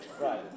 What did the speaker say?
Right